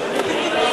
הצעת סיעת העבודה להביע